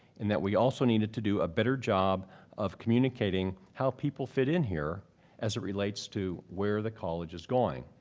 and that we also needed to do a better job of communicating how people fit in here as it relates to where the college is going.